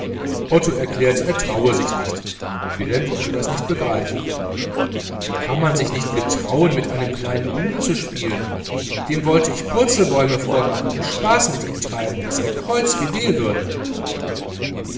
otto erklärte er geniere sich wilhelm konnte das nicht begreifen wie kann man sich genieren wenn man mit einem kleinen buben spielen soll dem wollte ich purzelbäume vormachen und spaß mit ihm treiben daß er kreuzfidel würde